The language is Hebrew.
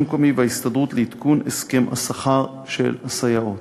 המקומי וההסתדרות לעדכון הסכם השכר של הסייעות.